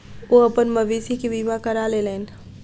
ओ अपन मवेशी के बीमा करा लेलैन